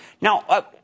Now